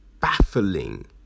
Baffling